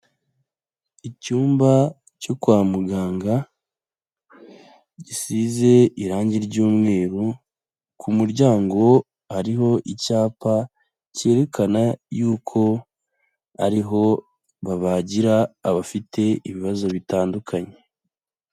Icyumba cyo kwa muganga gisize irangi ry'umweru, ku muryango hariho icyapa cyerekana y'uko ariho babagira abafite ibibazo bitandukanye.